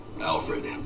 Alfred